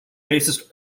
bassist